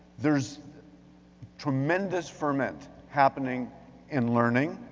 there's tremendous ferment happening in learning.